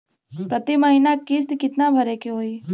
प्रति महीना किस्त कितना भरे के होई?